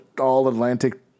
All-Atlantic